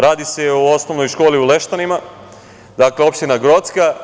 Radi se o osnovnoj školi u Leštanima, opština Grocka.